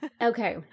Okay